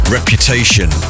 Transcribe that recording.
Reputation